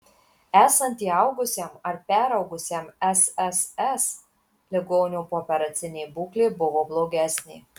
esant įaugusiam ar peraugusiam sss ligonio pooperacinė būklė buvo blogesnė